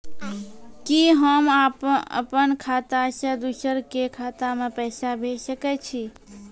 कि होम अपन खाता सं दूसर के खाता मे पैसा भेज सकै छी?